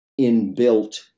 inbuilt